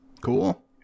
Cool